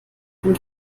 von